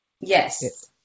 Yes